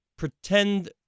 pretend